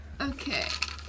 Okay